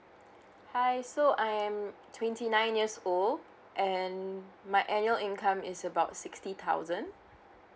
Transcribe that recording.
hi so I am twenty nine years old and my annual income is about sixty thousand